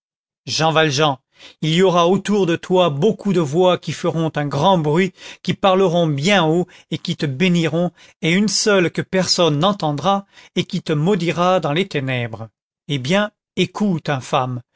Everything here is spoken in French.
jean valjean il y aura autour de toi beaucoup de voix qui feront un grand bruit qui parleront bien haut et qui te béniront et une seule que personne n'entendra et qui te maudira dans les ténèbres eh bien écoute